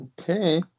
okay